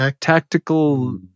tactical